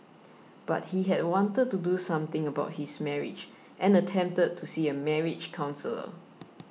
but he had wanted to do something about his marriage and attempted to see a marriage counsellor